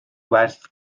werth